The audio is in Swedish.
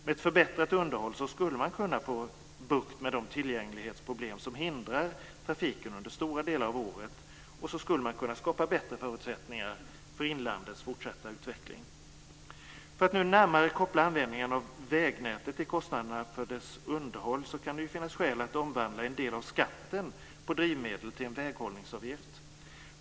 Med ett förbättrat underhåll skulle man kunna få bukt med de tillgänglighetsproblem som hindrar trafiken under stora delar av året, och därmed skapa bättre förutsättningar för inlandets fortsatta utveckling. För att närmare koppla användningen av vägnätet till kostnaderna för dess underhåll kan det finnas skäl att omvandla en del av skatten på drivmedel till en väghållningsavgift.